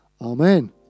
Amen